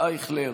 אייכלר,